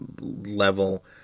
level